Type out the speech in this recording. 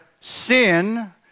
sin